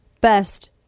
best